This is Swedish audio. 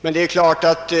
Men det är klart att